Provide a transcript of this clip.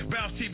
Bounce